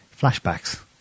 flashbacks